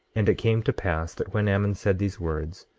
and it came to pass that when ammon said these words,